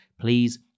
Please